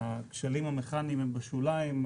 הכשלים המכניים הם בשוליים,